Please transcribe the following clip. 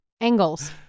Angles